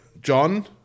John